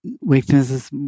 weaknesses